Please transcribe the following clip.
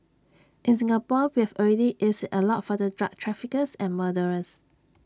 in Singapore we've already eased IT A lot for the drug traffickers and murderers